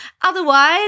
otherwise